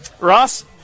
Ross